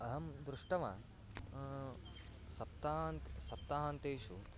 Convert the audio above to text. अहं दृष्टवान् सप्तान्त् सप्ताहान्तेषु